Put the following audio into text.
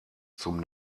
zum